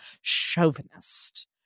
chauvinist